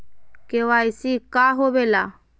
KYC का होवेला?